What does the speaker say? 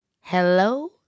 Hello